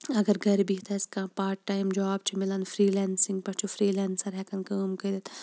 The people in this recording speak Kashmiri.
اَگَر گَرِ بِہِتھ آسہِ کانٛہہ پاٹ ٹایِم جاب چھُ میلن فرٛی لینٛسٕنٛگ پیٚٹھ چھُ فرٛی لینٛسَر ہیٚکان کٲم کٔرِتھ